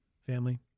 Family